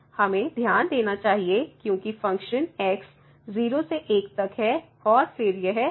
हमें ध्यान देना चाहिए क्योंकि फ़ंक्शन x 0 से 1 तक है और फिर यह x 1 के बराबर है